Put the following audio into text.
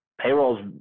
payroll's